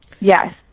yes